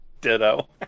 Ditto